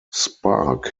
spark